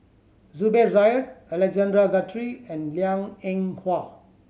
Zubir Said Alexander Guthrie and Liang Eng Hwa